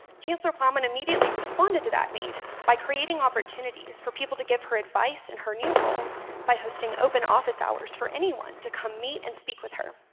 chancellor plowman immediately responded to that need by creating opportunities for people to give her advice in her new role by hosting open office-hours for anyone to come meet and speak with her.